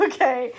Okay